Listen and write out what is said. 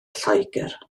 lloegr